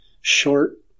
short